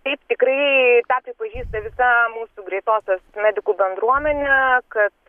taip tikrai tą pripažįsta visa mūsų greitosios medikų bendruomenė kad